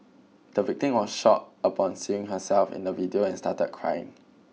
the victim was shocked upon seeing herself in the video and started crying